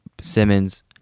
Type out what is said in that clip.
Simmons